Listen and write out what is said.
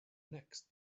next